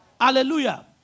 Hallelujah